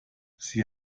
sie